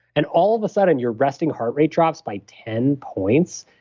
and all of a sudden your resting heart rate drops by ten points?